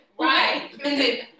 Right